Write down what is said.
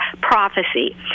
prophecy